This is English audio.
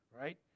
right